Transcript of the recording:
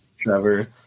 Trevor